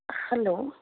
hello